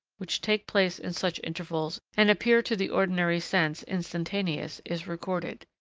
which take place in such intervals and appear to the ordinary sense instantaneous, is recorded.